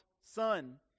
Son